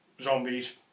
Zombies